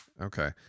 Okay